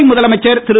புதுவை முதலமைச்சர் திரு